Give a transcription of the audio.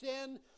sin